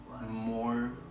more